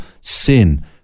sin